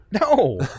No